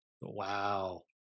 Wow